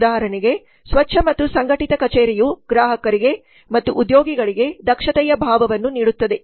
ಉದಾಹರಣೆಗೆ ಸ್ವಚ್ಚ ಮತ್ತು ಸಂಘಟಿತ ಕಚೇರಿಯು ಗ್ರಾಹಕರಿಗೆ ಮತ್ತು ಉದ್ಯೋಗಿಗಳಿಗೆ ದಕ್ಷತೆಯ ಭಾವವನ್ನು ನೀಡುತ್ತದೆ